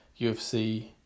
UFC